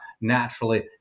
naturally